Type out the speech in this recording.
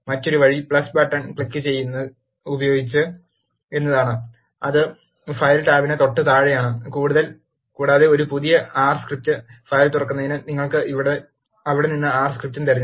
മറ്റൊരു വഴി ബട്ടൺ ഉപയോഗിക്കുക എന്നതാണ് അത് ഫയൽ ടാബിന് തൊട്ടുതാഴെയാണ് കൂടാതെ ഒരു പുതിയ ആർ സ്ക്രിപ്റ്റ് ഫയൽ തുറക്കുന്നതിന് നിങ്ങൾക്ക് അവിടെ നിന്ന് R സ്ക്രിപ്റ്റ് തിരഞ്ഞെടുക്കാം